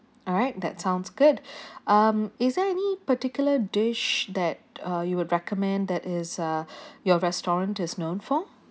alright that sounds good um is there any particular dish that uh you would recommend that is uh your restaurant is known for